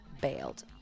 bailed